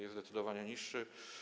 Jest zdecydowanie niższy.